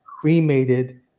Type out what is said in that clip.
cremated